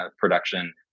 production